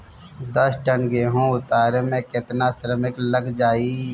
दस टन गेहूं उतारे में केतना श्रमिक लग जाई?